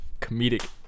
comedic